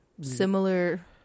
Similar